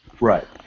Right